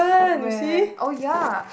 where oh ya